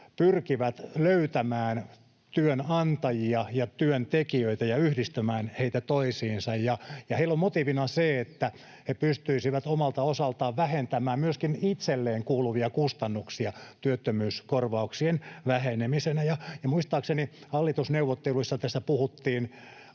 pyrkivät löytämään työnantajia ja työntekijöitä ja yhdistämään heitä toisiinsa, ja heillä on motiivina se, että he pystyisivät omalta osaltaan vähentämään myöskin itselleen kuuluvia kustannuksia työttömyyskorvauksien vähenemisenä. Muistaakseni hallitusneuvotteluissa tässä puhuttiin